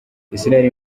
israel